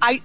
i